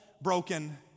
broken